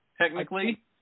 technically